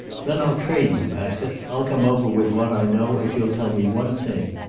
then i'll trade you, bassett. i'll come over with what i know, if you'll tell me one thing.